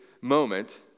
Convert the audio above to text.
moment